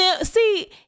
see